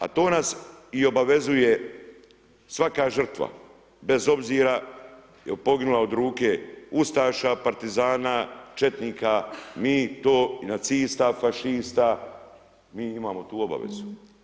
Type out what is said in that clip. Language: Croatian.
A to naš i obavezuje svaka žrtva, bez obzira je li poginula od ruke ustaša, partizana, četnika, mi to i nacista, fašista, mi imamo tu obavezu.